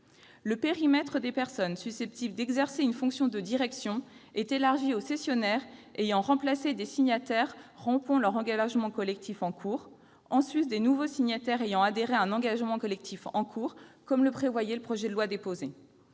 Le périmètre des personnes susceptibles d'exercer une fonction de direction est élargi aux cessionnaires ayant remplacé des signataires rompant leur engagement collectif en cours, en sus des nouveaux signataires ayant adhéré à un engagement collectif en cours, comme le prévoyait la proposition de loi dans